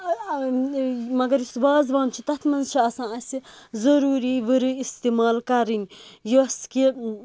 مَگَر یُس وازوان چھ تَتھ منٛز چھ آسان اَسہِ ضروری ورٕ اِستعمال کَرٕنۍ یۄس کہِ